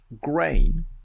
grain